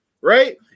right